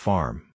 Farm